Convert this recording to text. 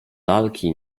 lalki